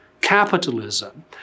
capitalism